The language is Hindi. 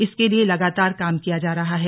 इसके लिए लगातार काम किया जा रहा है